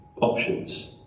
options